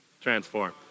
transform